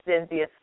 Cynthia